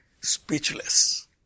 speechless